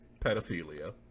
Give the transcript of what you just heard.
pedophilia